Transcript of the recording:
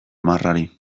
marrari